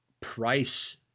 price